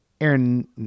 Aaron